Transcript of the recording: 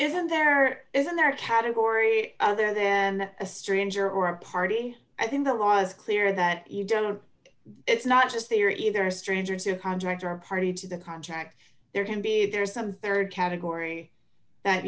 isn't there isn't there a category other then a stranger or a party i think the law is clear that you don't it's not just that you're either a stranger to contract or a party to the contract there can be there is some rd category that